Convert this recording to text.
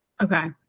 Okay